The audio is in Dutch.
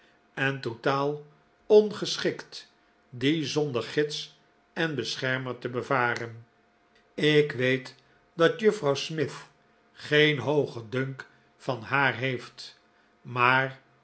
en totaal ongeschikt die zonder gids en beschermer te bevaren ik weet dat juffrouw smith geen hoogen dunk van haar heeft maar